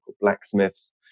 blacksmiths